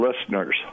listeners